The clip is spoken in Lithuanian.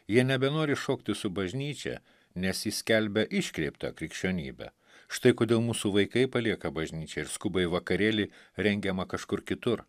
jie nebenori šokti su bažnyčia nes ji skelbia iškreiptą krikščionybę štai kodėl mūsų vaikai palieka bažnyčią ir skuba į vakarėlį rengiamą kažkur kitur